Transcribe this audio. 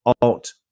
alt